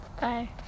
Bye